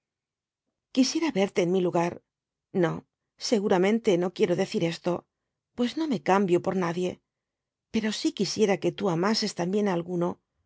quisiera verte en mi lugar no seguramente no quiero decir esto pues no me cambio por nadie pero si quisiera que tú amases también á alguno